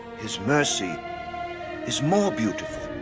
his mercy is more beautiful.